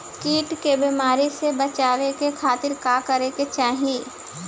कीट के बीमारी से बचाव के खातिर का करे के चाही?